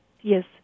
Yes